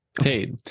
paid